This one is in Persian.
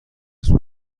کسب